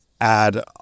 add